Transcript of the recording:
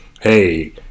hey